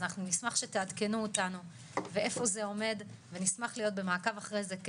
אז אנחנו נשמח שתעדכנו אותנו ואיפה זה עומד ונשמח להיות במעקב אחרי זה,